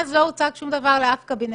ומאז לא הוצג שום דבר לאף קבינט?